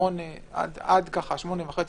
08:00 עד 09:00-08:30,